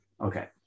okay